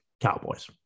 Cowboys